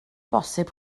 bosib